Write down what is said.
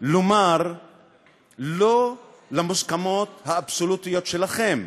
לומר "לא" למוסכמות האבסולוטיות שלכם,